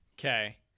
Okay